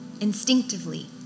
instinctively